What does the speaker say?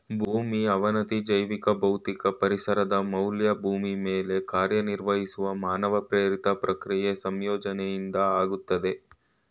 ಭೂಮಿ ಅವನತಿ ಜೈವಿಕ ಭೌತಿಕ ಪರಿಸರದ ಮೌಲ್ಯ ಭೂಮಿ ಮೇಲೆ ಕಾರ್ಯನಿರ್ವಹಿಸುವ ಮಾನವ ಪ್ರೇರಿತ ಪ್ರಕ್ರಿಯೆ ಸಂಯೋಜನೆಯಿಂದ ಆಗ್ತದೆ